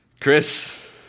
Chris